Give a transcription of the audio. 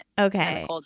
Okay